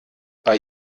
bei